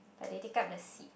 but they take up the seats